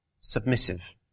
submissive